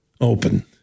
open